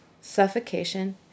suffocation